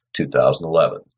2011